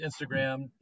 instagram